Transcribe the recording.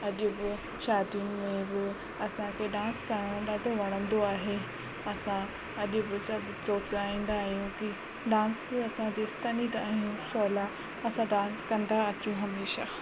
अॼु बि शादियुनि में बि असां खे डांस करणु ॾाढो वणंदो आहे असां अॼु बि जो चाहींदा आहियूं की डांस असां जेसिंताईं आहियूं सवला असां डांस कंदा अचूं हमेशह